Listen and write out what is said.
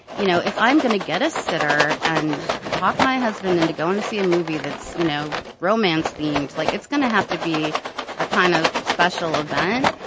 you know, if i'm going to get a sitter and talk my husband into going to see a movie that's, you know, romance themed, like, it's going to have to be a kind of special event,